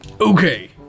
Okay